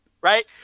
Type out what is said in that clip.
Right